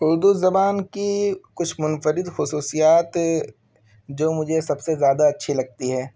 اردو زبان کی کچھ منفرد خصوصیات جو مجھے سب سے زیادہ اچّھی لگتی ہے